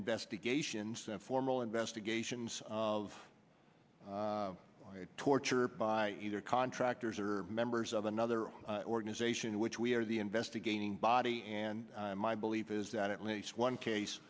investigations and formal investigations of torture by either contractors or members of another organization which we are the investigating body and my belief is that at least one case